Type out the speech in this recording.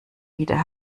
wieder